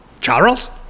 charles